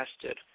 tested